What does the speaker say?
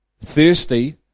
thirsty